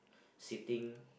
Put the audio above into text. sitting